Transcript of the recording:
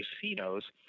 casinos